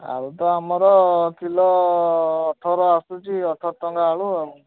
ଆଳୁ ତ ଆମର କିଲୋ ଅଠର ଆସୁଛି ଅଠର ଟଙ୍କା ଆଳୁ ଆଉ